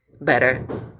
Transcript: better